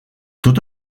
tot